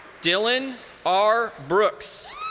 dylan r. brooks.